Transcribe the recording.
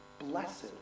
Blessed